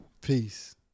peace